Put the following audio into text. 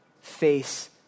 face